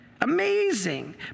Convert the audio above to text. Amazing